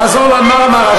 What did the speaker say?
לחזור ל"מרמרה".